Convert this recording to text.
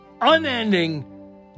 unending